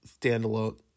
Standalone